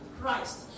Christ